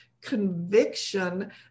conviction